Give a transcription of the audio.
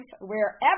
wherever